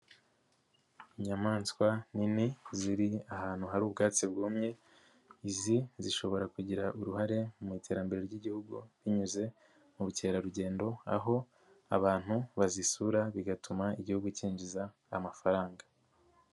Inyamaswa nini ziri ahantu hari ubwatsi bwumye, izi zishobora kugira uruhare mu iterambere ry'Igihugu binyuze mu bukerarugendo, aho abantu bazisura bigatuma Igihugu cyinjiza amafaranga.